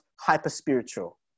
hyper-spiritual